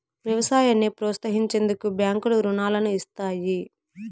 వ్యవసాయాన్ని ప్రోత్సహించేందుకు బ్యాంకులు రుణాలను ఇస్తాయి